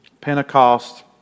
Pentecost